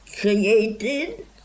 created